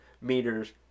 meters